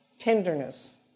tenderness